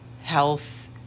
health